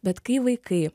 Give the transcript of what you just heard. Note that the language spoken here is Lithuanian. bet kai vaikai